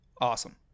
Awesome